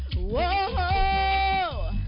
Whoa